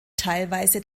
teilweise